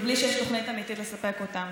ובלי שיש תוכנית אמיתית לספק אותם,